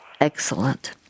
Excellent